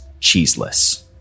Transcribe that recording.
cheeseless